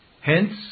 Hence